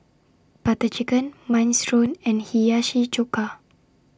Butter Chicken Minestrone and Hiyashi Chuka